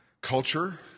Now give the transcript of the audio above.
culture